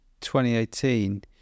2018